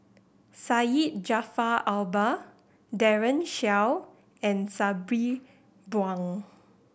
Syed Jaafar Albar Daren Shiau and Sabri Buang